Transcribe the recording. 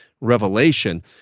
Revelation